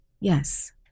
yes